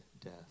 death